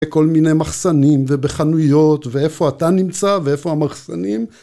כל מיני מחסנים ובחנויות ואיפה אתה נמצא ואיפה המחסנים